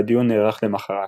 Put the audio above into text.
והדיון נערך למחרת.